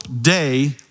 day